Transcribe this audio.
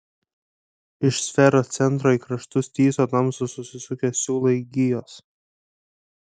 iš sferos centro į kraštus tįso tamsūs susisukę siūlai gijos